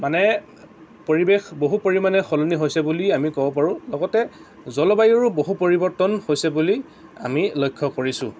মানে পৰিৱেশ বহু পৰিমাণে সলনি হৈছে বুলি আমি ক'ব পাৰোঁ লগতে জলবায়ুৰো বহু পৰিৱৰ্তন হৈছে বুলি আমি লক্ষ্য কৰিছোঁ